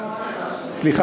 אז למה, סליחה?